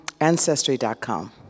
Ancestry.com